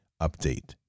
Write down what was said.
update